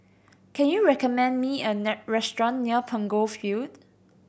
can you recommend me a restaurant near Punggol Field